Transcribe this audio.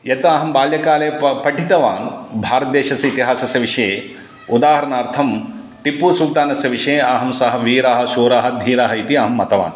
यदा अहं बाल्यकाले प पठितवान् भारतदेशस्य इतिहासस्य विषये उदाहरणार्थं टिप्पुसुलतानस्य विषये अहं सः वीरः शूरः धीरः इति अहं मतवान्